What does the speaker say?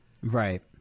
right